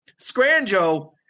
Scranjo